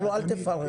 אל תפרט.